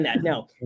No